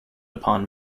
upon